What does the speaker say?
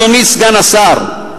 אדוני סגן השר,